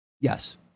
Yes